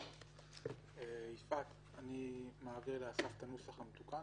התשע"ט-2018 אושר בכפוף לשינויים שנאמרו לפרוטוקול.